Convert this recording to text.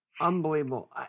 Unbelievable